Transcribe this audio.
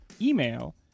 email